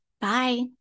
Bye